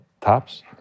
tops